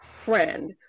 friend